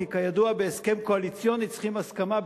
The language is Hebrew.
כי כידוע בהסכם קואליציוני צריכים הסכמה,